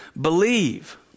believe